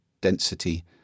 density